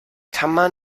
kammer